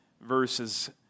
verses